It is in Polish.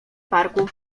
parku